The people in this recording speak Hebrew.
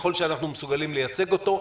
ככל שאנחנו מסוגלים לייצג אותו,